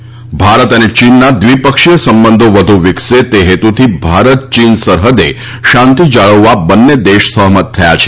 ત ભારત અને ચીનના દ્વિપક્ષીય સંબંધો વધુ વિકસે તે હેતુથી ભારત ચીન સરહૃદે શાંતિ જાળવવા બંને દેશ સહમત થયા છે